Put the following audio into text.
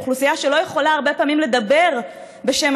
לאוכלוסייה שהרבה פעמים לא יכולה לדבר בשם